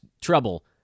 trouble